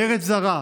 בארץ זרה,